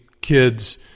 kids